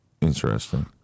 Interesting